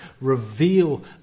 reveal